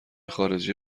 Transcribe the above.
خارجی